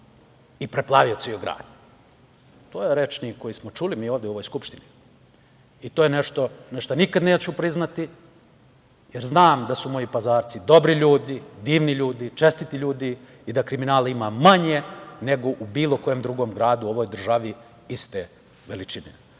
i preplavio ceo grad. To je rečnik koji smo čuli mi ovde u ovoj Skupštini i to je nešto što nikad neću priznati, jer znam da su moji Pazarci dobri ljudi, divni ljudi, čestiti ljudi i da kriminala ima manje nego u bilo kojem drugom gradu u ovoj državi iste veličine.U